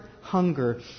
hunger